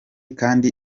kandi